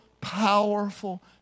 powerful